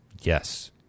Yes